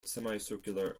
semicircular